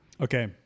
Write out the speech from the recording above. Okay